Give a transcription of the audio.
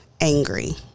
angry